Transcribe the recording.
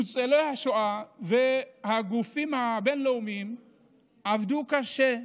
ניצולי השואה והגופים הבין-לאומיים עבדו קשה,